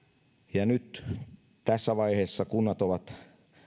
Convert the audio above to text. ja nyt tässä vaiheessa kunnat ovat